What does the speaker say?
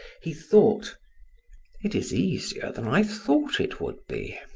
he thought it is easier than i thought it would be.